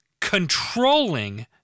controlling